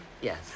Yes